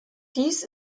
dies